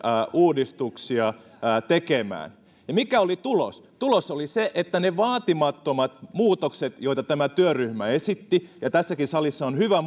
uudistuksia tekemään ja mikä oli tulos tulos oli se että niistä vaatimattomista muutoksista joita tämä työryhmä esitti ja tässäkin salissa on hyvä